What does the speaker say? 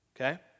Okay